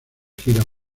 giras